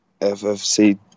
FFC